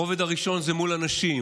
הרובד הראשון זה מול אנשים,